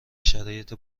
شرایط